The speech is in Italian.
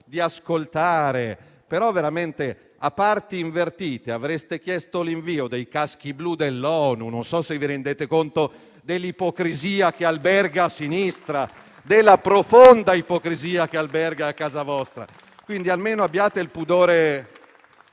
di ascoltare; però, a parti invertite, avreste chiesto l'invio dei caschi blu dell'ONU. Non so se vi rendete conto dell'ipocrisia che alberga a sinistra, della profonda ipocrisia che alberga a casa vostra. Abbiate almeno